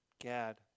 Gad